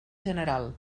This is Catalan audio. general